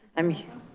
i'm here.